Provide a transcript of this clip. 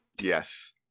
Yes